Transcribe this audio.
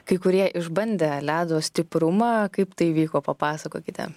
kai kurie išbandė ledo stiprumą kaip tai vyko papasakokite